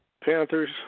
Panthers